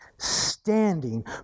Standing